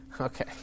okay